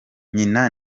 nyina